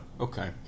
Okay